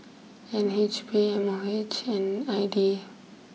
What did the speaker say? N H B M O H and I D A